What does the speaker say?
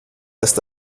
ist